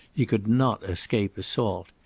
he could not escape assault.